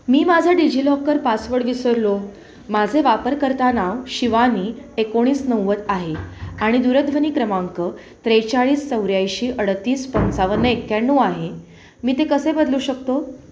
मी माझा DigiLocker password विसरलो माझे वापरकर्ता नाव शिवानी एकोणीस नव्वद आहे आणि दूरध्वनी क्रमांक त्रेचाळीस चौऱ्याऐंशी अडतीस पंचावन्न एक्याण्णव आहे मी ते कसे बदलू शकतो